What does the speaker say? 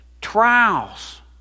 trials